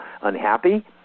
unhappy